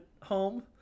home